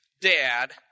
dad